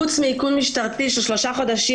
פרט לאיכון משטרתי של שלושה חודשים,